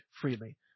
freely